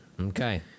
okay